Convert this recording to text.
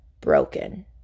broken